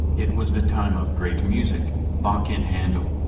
it was the time of great music, bach and handel,